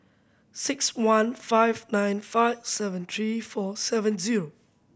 six one five nine five seven three four seven zero